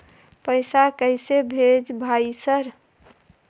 पैसा कैसे भेज भाई सर?